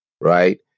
right